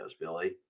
Billy